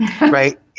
right